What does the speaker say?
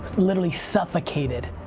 literally suffocated.